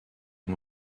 and